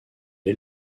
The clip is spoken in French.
est